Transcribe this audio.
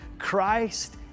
Christ